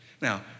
Now